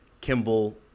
Kimball